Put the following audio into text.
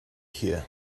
here